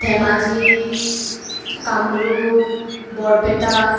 Dhemaji Kamrup Barpeta